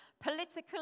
Political